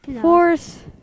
Fourth